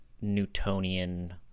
Newtonian